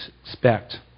expect